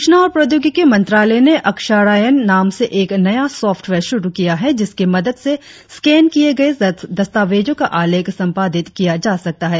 सूचना और प्रौद्योगिकी मंत्रालय ने अक्षरायण नाम से एक नया सॉप्टवेयर शुरु किया है जिसकी मदद से स्कैन किये गये दस्तावेजों का आलेख संपादित किया जा सकता है